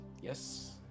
yes